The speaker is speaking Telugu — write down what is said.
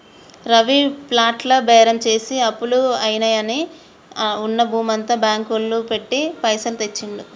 రవి ప్లాట్ల బేరం చేసి అప్పులు అయినవని ఉన్న భూమంతా బ్యాంకు లో పెట్టి పైసలు తెచ్చిండు